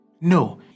No